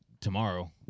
tomorrow